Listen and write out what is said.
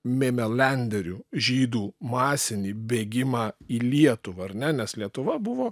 mėmelenderių žydų masinį bėgimą į lietuvą ar ne nes lietuva buvo